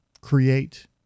create